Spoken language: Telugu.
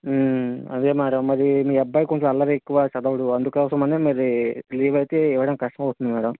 అదే మేడం మరి మీ అబ్బాయి కొంచెం అల్లరి ఎక్కువ చదవడు అందుకోసమనే మరి లీవ్ అయితే ఇవ్వడం కష్టం అవుతుంది మేడం